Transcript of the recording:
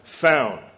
found